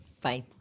Bye